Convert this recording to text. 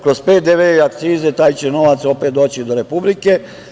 Kroz PDV i akcize taj će novac opet doći do Republike.